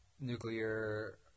nuclear